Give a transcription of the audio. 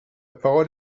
parole